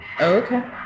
Okay